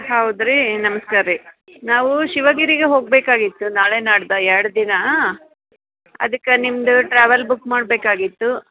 ಹೌದು ರೀ ನಮ್ಸ್ಕಾರ ರೀ ನಾವು ಶಿವಗಿರಿಗೆ ಹೋಗಬೇಕಾಗಿತ್ತು ನಾಳೆ ನಾಡ್ದು ಎರಡು ದಿನ ಅದ್ಕೆ ನಿಮ್ದು ಟ್ರಾವೆಲ್ ಬುಕ್ ಮಾಡಬೇಕಾಗಿತ್ತು